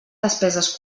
despeses